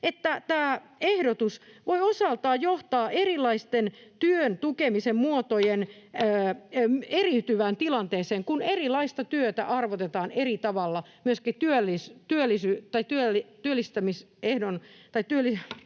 tämä ehdotus voi osaltaan johtaa erilaisten työn tukemisen muotojen eriytyvään tilanteeseen, kun erilaista työtä arvotetaan eri tavalla myöskin tämän työssäoloehdon